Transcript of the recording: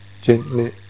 gently